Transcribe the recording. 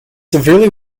severely